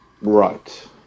Right